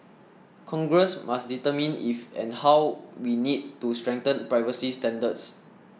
congress must determine if and how we need to strengthen privacy standards